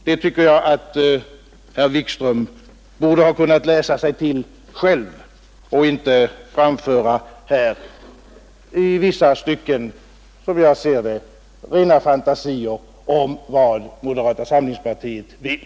Det tycker jag att herr Wikström borde ha kunnat läsa sig till och inte framföra i vissa stycken, som jag ser det, rena fantasier om vad moderata samlingspartiet vill.